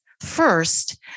First